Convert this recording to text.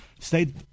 Stayed